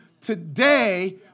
today